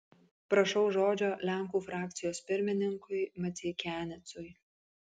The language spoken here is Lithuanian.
prašau žodžio lenkų frakcijos pirmininkui maceikianecui